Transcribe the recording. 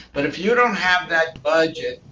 but if you don't have that budget,